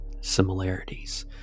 similarities